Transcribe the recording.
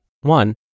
one